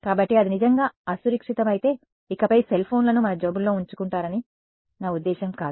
కాబట్టి అది నిజంగా అసురక్షితమైతే ఇకపై సెల్ ఫోన్లను తమ జేబుల్లో ఉంచుకుంటారని నా ఉద్దేశ్యం కాదు